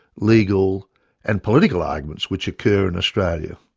legal and political arguments which occur in australia.